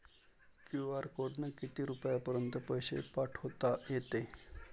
QR कोडनं किती रुपयापर्यंत पैसे पाठोता येते?